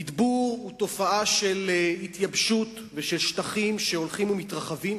מידבור הוא תופעה של התייבשות ושל שטחים שהולכים ומתרחבים,